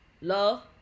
love